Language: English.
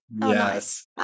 Yes